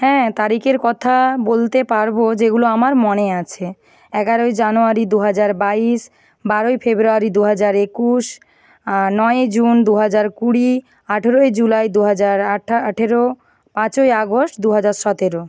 হ্যাঁ তারিখের কথা বলতে পারবো যেগুলো আমার মনে আছে এগারোয় জানুয়ারি দুহাজার বাইশ বারোই ফেব্রুয়ারি দুহাজার একুশ নয়ই জুন দুহাজার কুড়ি আঠেরোই জুলাই দুহাজার আঠা আঠেরো পাঁচই আগস্ট দুহাজার সতেরো